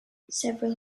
several